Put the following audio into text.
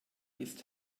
ist